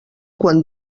quan